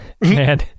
man